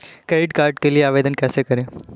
Credit card के लिए आवेदन कैसे करें?